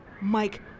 Mike